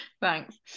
thanks